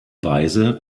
weise